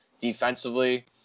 defensively